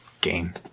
game